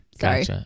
Sorry